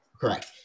Correct